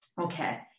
Okay